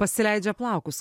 pasileidžia plaukus